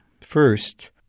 First